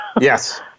Yes